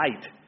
light